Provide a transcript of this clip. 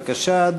בבקשה,